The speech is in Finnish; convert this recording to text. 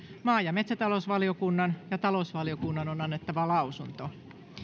maa ja metsätalousvaliokunnan ja talousvaliokunnan on annettava lausunto